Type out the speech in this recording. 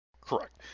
Correct